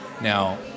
now